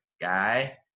guy